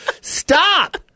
Stop